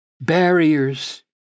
barriers